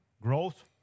growth